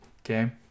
Okay